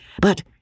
but